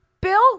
Bill